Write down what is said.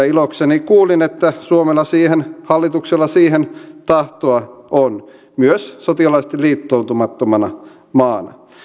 ilokseni kuulin että suomella hallituksella siihen tahtoa on myös sotilaallisesti liittoutumattomana maana